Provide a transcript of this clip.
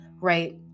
right